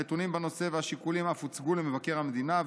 הנתונים בנושא והשיקולים אף הוצגו למבקר המדינה,